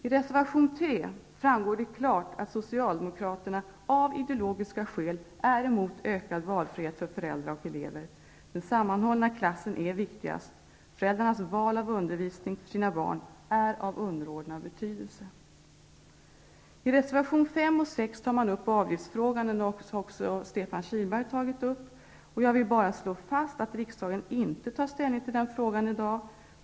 I reservation 3 framgår det klart att Socialdemokraterna av ideologiska skäl är emot ökad valfrihet för föräldrar och elever. Den sammanhållna klassen är viktigast. Föräldrarnas val av undervisning för sina barn är av underordnad betydelse. I reservationerna 5 och 6 tar man upp avgiftsfrågan, som också Stefan Kihlberg har tagit upp i debatten. Jag vill bara slå fast att riksdagen i dag inte tar ställning till den frågan.